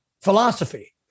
philosophy